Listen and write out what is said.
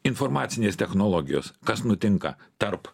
informacinės technologijos kas nutinka tarp